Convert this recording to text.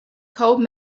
cold